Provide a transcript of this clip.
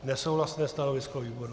Nesouhlasné stanovisko výboru.